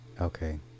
Okay